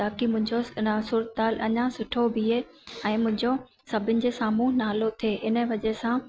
ताकी मुंहिंजो हेन सुरु तालु अञा सुठो बीहे ऐं मुंहिंजो सभिनि जे साम्हूं नालो थिए इन वजह सां